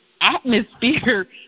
atmosphere